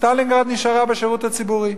סטלינגרד נשארה בשירות הציבורי.